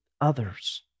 others